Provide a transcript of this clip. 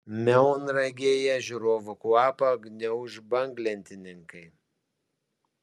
melnragėje žiūrovų kvapą gniauš banglentininkai